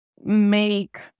make